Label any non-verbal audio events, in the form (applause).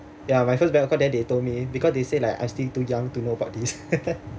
yeah my first bank account then they told me because they say like I'm still too young to know about this (laughs)